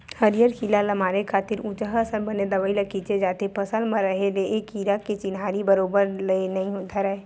हरियर कीरा ल मारे खातिर उचहाँ असन बने दवई ल छींचे जाथे फसल म रहें ले ए कीरा के चिन्हारी बरोबर होय ल नइ धरय